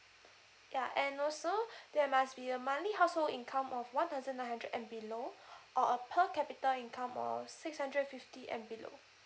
yeah and also there must be a monthly household income of one thousand nine hundred and below or a per capita income of six hundred fifty and below